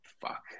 fuck